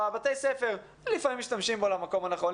בתי הספר לפעמים משתמשים בו למקום הנכון,